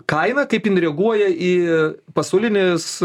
kainą kaip jin reaguoja į pasaulinės